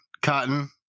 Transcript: Cotton